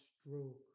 stroke